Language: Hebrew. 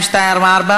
שלא ידברו.